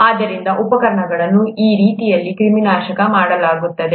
ಆದ್ದರಿಂದ ಉಪಕರಣಗಳನ್ನು ಆ ರೀತಿಯಲ್ಲಿ ಕ್ರಿಮಿನಾಶಕ ಮಾಡಲಾಗುತ್ತದೆ